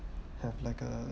have like a